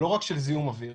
לא רק של זיהום אוויר.